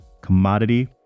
commodity